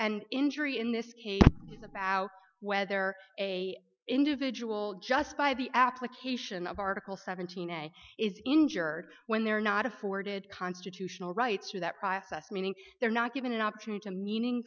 and injury in this is about whether a individual just by the application of article seventeen is injured when they're not afforded constitutional rights to that process meaning they're not given an opportunity to meaning